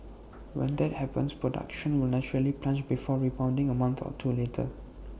when that happens production will naturally plunge before rebounding A month or two later